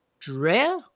Drea